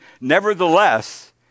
Nevertheless